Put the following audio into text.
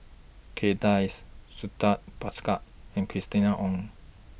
Kay Das Santha Bhaskar and Christina Ong